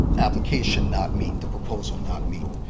application not meet, the proposal not meet?